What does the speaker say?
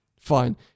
fine